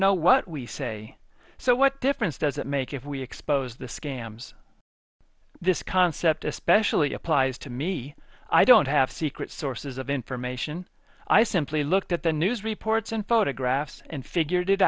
know what we say so what difference does it make if we expose the scams this concept especially applies to me i don't have secret sources of information i simply looked at the news reports and photographs and figured it